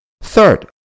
Third